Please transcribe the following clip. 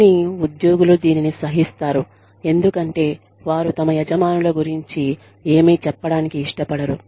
కానీ ఉద్యోగులు దీనిని సహిస్తారు ఎందుకంటే వారు తమ యజమానుల గురించి ఏమీ చెప్పడానికి ఇష్టపడరు